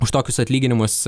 už tokius atlyginimus